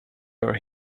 are